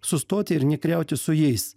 sustoti ir nekariauti su jais